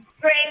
Great